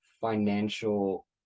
financial